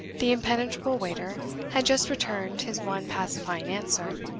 the impenetrable waiter had just returned his one pacifying answer,